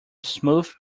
smooth